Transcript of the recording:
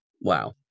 Wow